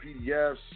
PDFs